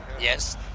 Yes